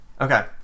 Okay